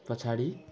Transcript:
पछाडि